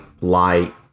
light